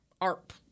ARP